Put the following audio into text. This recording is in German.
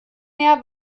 mehr